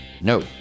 no